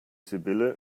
sibylle